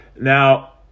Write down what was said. Now